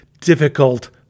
difficult